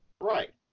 Right